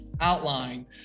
outline